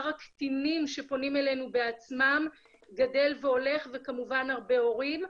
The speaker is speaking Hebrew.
הקטינים שפונים אלינו בעצמם גדל והולך וכמובן הרבה הורים,